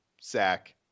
sack